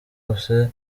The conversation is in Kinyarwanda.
hose